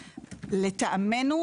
לטעמנו,